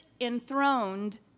enthroned